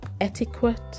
etiquette